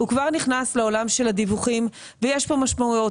הוא כבר נכנס לעולם של הדיווחים ויש פה משמעויות,